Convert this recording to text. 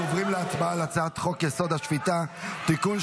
אנחנו עוברים להצבעה על הצעת חוק-יסוד: השפיטה (תיקון,